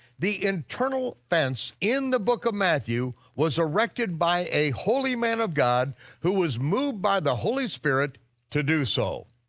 the internal fence in the book of matthew was erected by a holy man of god who was moved by the holy spirit to do so.